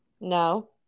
No